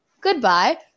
Goodbye